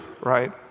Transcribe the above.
right